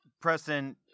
Preston